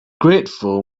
grateful